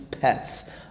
pets